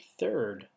third